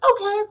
okay